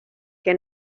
que